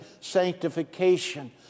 sanctification